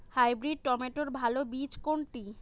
Hybrid টমেটোর ভালো বীজ কোনটি?